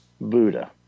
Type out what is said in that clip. Buddha